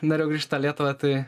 norėjau grįžti į tą lietuvą tai